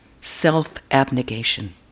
self-abnegation